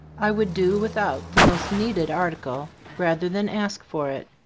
i would do without the most needed ar ticle rather than ask for it,